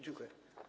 Dziękuję.